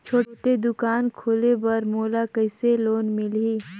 छोटे दुकान खोले बर मोला कइसे लोन मिलही?